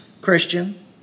Christian